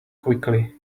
quickly